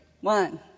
one